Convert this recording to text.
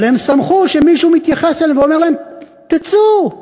אבל הם שמחו שמישהו מתייחס אליהם ואומר להם: תצאו,